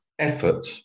Effort